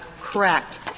correct